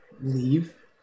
leave